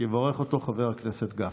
יברך אותו חבר הכנסת גפני.